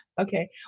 Okay